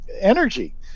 energy